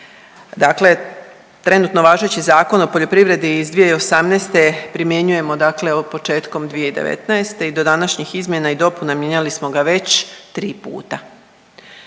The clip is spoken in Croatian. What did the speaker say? Dakle, trenutno važeći Zakon o poljoprivredi iz 2018. primjenjuje dakle početkom 2019. i do današnjih izmjena i dopuna mijenjali smo ga već 3 puta.